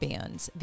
Bands